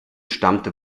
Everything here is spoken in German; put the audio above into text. stammte